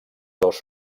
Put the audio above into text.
dos